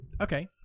Okay